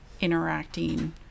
interacting